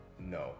No